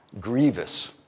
grievous